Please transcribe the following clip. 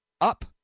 up